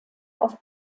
auf